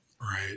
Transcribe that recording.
right